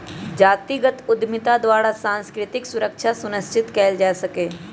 जातिगत उद्यमिता द्वारा सांस्कृतिक सुरक्षा सुनिश्चित कएल जा सकैय